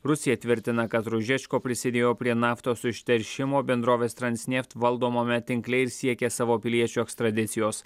rusija tvirtina kad ružečko prisidėjo prie naftos užteršimo bendrovės transneft valdomame tinkle ir siekia savo piliečių ekstradicijos